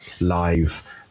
live